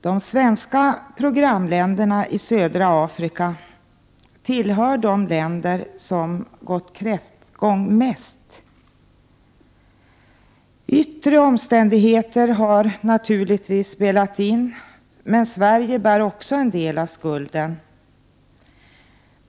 De svenska programländerna i södra Afrika tillhör de länder som mest gått kräftgång. Yttre omständigheter har naturligtvis spelat in, men Sverige bär också en del av skulden.